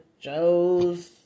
Joe's